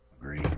agree